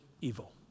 evil